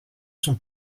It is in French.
son